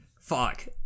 Fuck